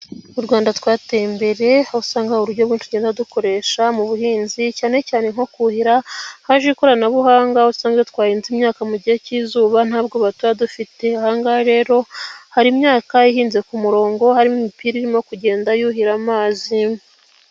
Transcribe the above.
U Rwanda twateye imbere aho usanga uburyo bwo tugenda dukoresha mu buhinzi cyanecyane nko kuhira haje ikoranabuhanga usanga iyo twahinze imyaka mu gihe cy'izuba ntabwoba tuba dufite, ahangaha rero hari imyaka ihinze ku murongo harimo imipira irimo kugenda yuhira amazi.